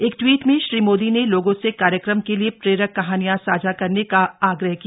एक ट्वीट में श्री मोदी ने लोगों से कार्यक्रम के लिए प्रेरक कहानियां साझा करने का आग्रह किया